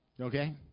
Okay